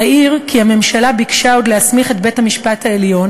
אעיר כי הממשלה ביקשה עוד להסמיך את בית-המשפט העליון